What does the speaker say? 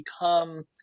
become